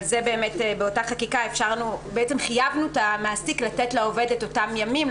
אבל באותה חקיקה חייבנו את המעסיק לתת לעובד את אותם ימים,